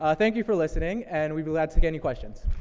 ah thank you for listening, and we'd be glad to take any questions.